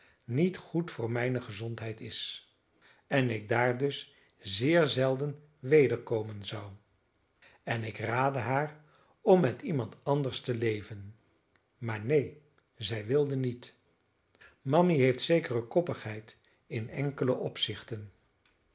niet goed voor mijne gezondheid is en ik daar dus zeer zelden weder komen zou en ik raadde haar om met iemand anders te leven maar neen zij wilde niet mammy heeft zekere koppigheid in enkele opzichten